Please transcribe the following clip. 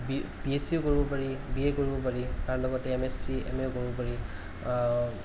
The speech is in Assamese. বি এচ চিও কৰিব পাৰি বি এ কৰিব পাৰি তাৰ লগতে এম এচ চি এম এও কৰিব পাৰি